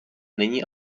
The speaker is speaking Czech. není